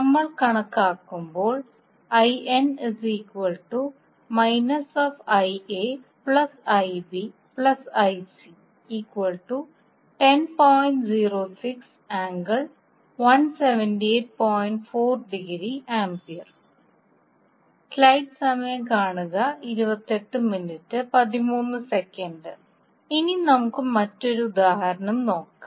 നമ്മൾ കണക്കാക്കുമ്പോൾ ഇനി നമുക്ക് മറ്റൊരു ഉദാഹരണം നോക്കാം